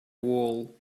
wall